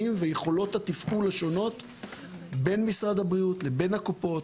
ויכולות התפעול השונות בין משרד הבריאות לבין הקופות,